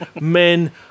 men